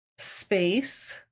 space